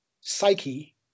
psyche